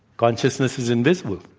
consciousness is invisible.